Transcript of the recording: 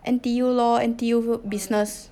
N_T_U lor N_T_U business